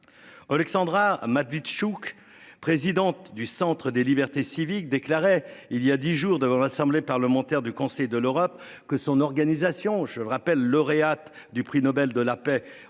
Oleksandra Matviïtchouk présidente du Centre des libertés civiques, déclarait il y a 10 jours devant l'Assemblée parlementaire du Conseil de l'Europe, que son organisation, je le rappelle, lauréate du prix Nobel de la paix